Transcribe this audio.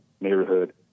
neighborhood